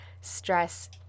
stress